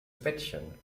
bettchen